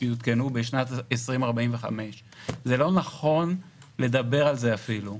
יותקנו בשנת 2045. לא נכון לדבר על זה אפילו.